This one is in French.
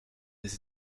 des